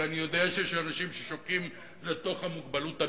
כי אני יודע שיש אנשים ששוקעים לתוך המוגבלות המקצועית.